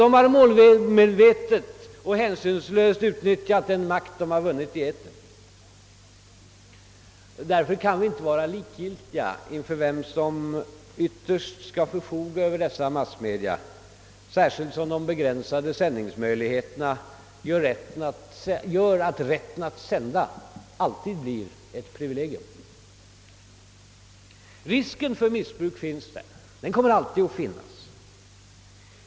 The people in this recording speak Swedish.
De har målmedvetet och hänsynslöst utnyttjat den makt de vunnit i etern. Vi kan därför inte vara likgiltiga inför vem som ytterst skall förfoga över dessa massmedia, särskilt som de begränsade sändningsmöjligheterna gör att rätten att sända alltid blir ett privilegium. Risken för missbruk finns. Den kommer alltid att finnas.